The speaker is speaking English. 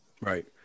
Right